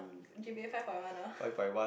G_P_A five point one orh